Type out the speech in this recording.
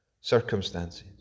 circumstances